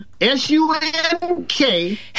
S-U-N-K